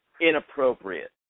inappropriate